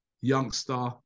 youngster